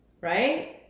right